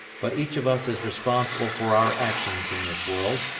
but each of us is responsible for our actions in this world,